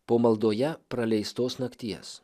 po maldoje praleistos nakties